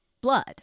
blood